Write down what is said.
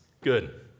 Good